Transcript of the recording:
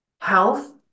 Health